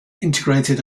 integrated